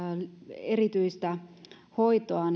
erityistä hoitoa